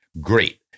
Great